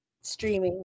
streaming